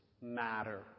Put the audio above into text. matter